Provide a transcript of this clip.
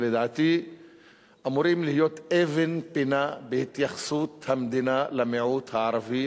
שלדעתי אמורים להיות אבן פינה בהתייחסות המדינה למיעוט הערבי,